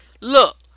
look